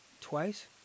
twice